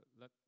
let